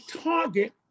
target